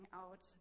out